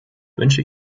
wünsche